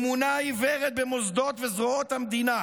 אמונה עיוורת במוסדות וזרועות המדינה